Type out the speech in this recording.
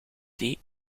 die